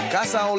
Casa